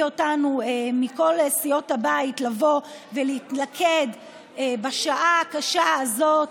אותנו מכל סיעות הבית לבוא ולהתלכד בשעה הקשה הזאת,